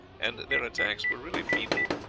and their attacks were really feeble.